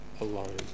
alone